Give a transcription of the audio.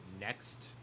next